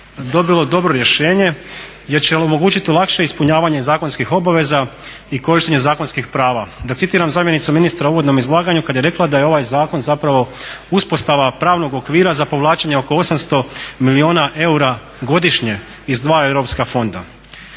dobilo dobro rješenje jer će omogućiti lakše ispunjavanje zakonskih obveza i korištenja zakonskih prava. Da citiram zamjenicu ministra u uvodnom izlaganju kad je rekla da je ovaj zakon zapravo uspostava pravnog okvira za povlačenje oko 800 milijuna eura godišnje iz dva europska fonda.